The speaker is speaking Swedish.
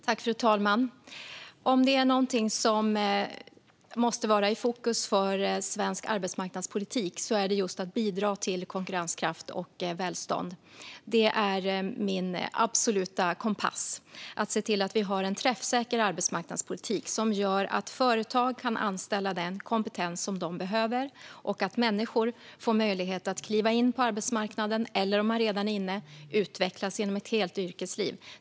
Fru talman! Om det är något som måste vara i fokus för svensk arbetsmarknadspolitik är det just att bidra till konkurrenskraft och välstånd. Det är min absoluta kompass. Vi måste se till att ha en träffsäker arbetsmarknadspolitik, som gör att företag kan anställa den kompetens som de behöver och att människor får möjlighet att kliva in på arbetsmarknaden eller, om man redan är inne, utvecklas inom ett helt yrkesliv.